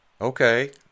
Okay